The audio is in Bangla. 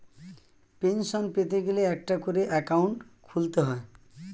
পেনশন পেতে গেলে একটা করে অ্যাকাউন্ট খুলতে হয়